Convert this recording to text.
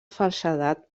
falsedat